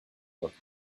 look